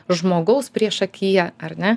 žmogaus priešakyje ar ne